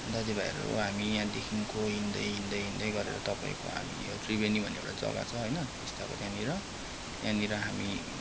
दाजुभाइहरू हामी यहाँदेखिको हिँड्दै हिँड्दै हिँड्दै गरेर तपाईँको हामी यो त्रिवेणी भन्ने एउटा जग्गा छ होइन टिस्टाको त्यहाँनिर त्यहाँनिर हामी